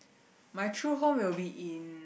my true home will be in